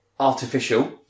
Artificial